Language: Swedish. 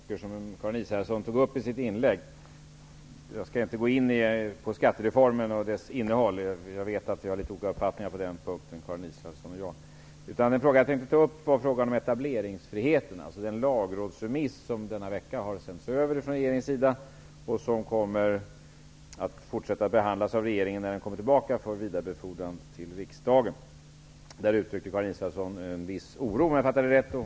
Herr talman! Jag begärde ordet med anledning av ett par frågor som Karin Israelsson tog upp i sitt inlägg. Jag skall emellertid inte gå in på skattereformen och dess innehåll. Jag vet att Karin Israelsson och jag har litet olika uppfattning på den punkten. Jag tänkte ta upp frågan om etableringsfriheten och den lagrådsremiss som regeringen denna vecka har sänt över och som, när den kommer tillbaka, skall behandlas av regeringen för vidarebefordran till riksdagen. I det sammanhanget uttrycker Karin Israelsson en viss oro, om jag uppfattade henne rätt.